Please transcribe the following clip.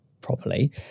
properly